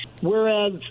Whereas